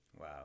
Wow